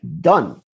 done